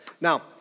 Now